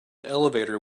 elevator